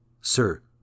Sir